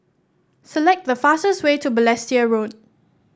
select the fastest way to Balestier Road